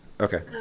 Okay